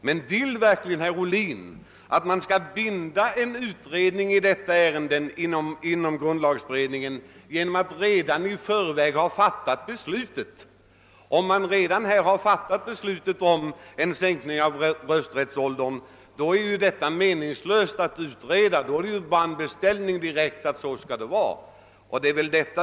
Men vill verkligen herr Ohlin att man skall binda en utredning i detta ärende inom grundlagberedningen genom att redan i förväg fatta beslut? Om man redan fattat beslut om sänkning av rösträttsåldern är det ju meningslöst att utreda, eftersom det bara blir fråga om en beställning att det skall vara på ett visst sätt.